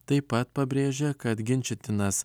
taip pat pabrėžia kad ginčytinas